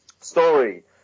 Story